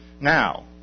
Now